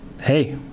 Hey